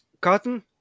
cotton